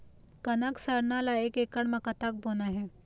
कनक सरना ला एक एकड़ म कतक बोना हे?